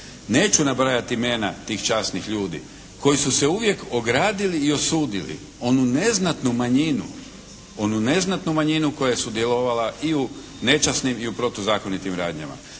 Neću nabrajati imena tih časnih ljudi koji su se uvijek ogradili i osudili, onu neznatnu manjinu, onu neznatnu manjinu koja je sudjelovala i u nečasnim i u protuzakonitim radnjama.